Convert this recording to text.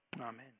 Amen